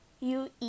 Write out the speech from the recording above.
UE